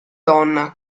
donna